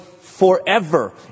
forever